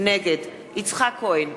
נגד יצחק כהן,